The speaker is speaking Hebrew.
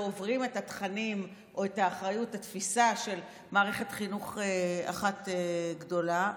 עוברים את התכנים או את התפיסה של מערכת חינוך אחת גדולה,